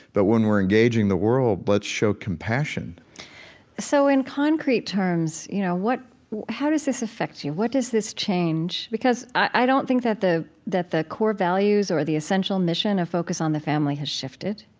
but when we're engaging the world, let's show compassion so in concrete terms, you know, what how does this affect you? what does this change? because i don't think that the that the core values or the essential mission of focus on the family has shifted.